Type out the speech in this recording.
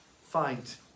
fight